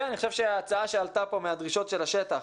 ואני חושב שההצעה שעלתה פה מהדרישות של השטח,